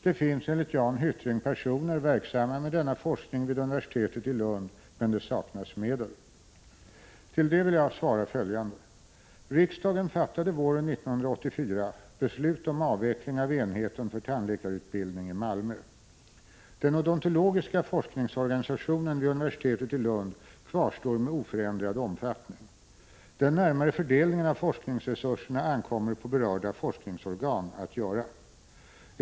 Det finns enligt Jan Hyttring personer verksamma med denna forskning vid universitetet i Lund men det saknas medel. Till detta vill jag svara följande: Riksdagen fattade våren 1984 beslut om avveckling av enheten för tandläkarutbildning i Malmö. Den odontologiska forskningsorganisationen vid universitetet i Lund kvarstår med oförändrad omfattning. Den närmare fördelningen av forskningsresurserna ankommer på berörda forskningsorgan att göra.